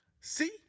See